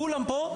כולם פה,